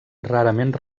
rarament